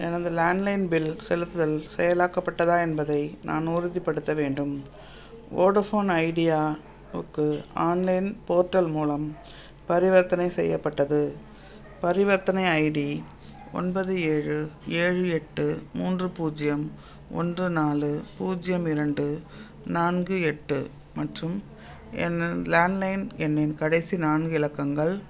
எனது landline bill செலுத்துதல் செயலாக்கப்பட்டதா என்பதை நான் உறுதிப்படுத்த வேண்டும் வோடஃபோன் ஐடியாவுக்கு ஆன்லைன் போர்டல் மூலம் பரிவர்த்தனை செய்யப்பட்டது பரிவர்த்தனை ஐடி ஒன்பது ஏழு ஏழு எட்டு மூன்று பூஜ்ஜியம் ஒன்று நாலு பூஜ்ஜியம் இரண்டு நான்கு எட்டு மற்றும் எனது லேண்ட்லைன் எண்ணின் கடைசி நான்கு இலக்கங்கள்